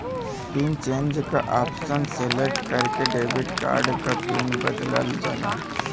pin change क option select करके debit card क पिन बदलल जाला